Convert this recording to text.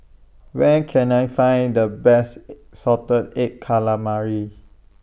Where Can I Find The Best Salted Egg Calamari